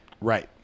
Right